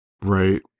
right